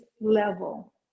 level